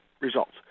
results